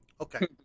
Okay